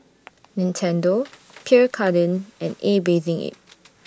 Nintendo Pierre Cardin and A Bathing Ape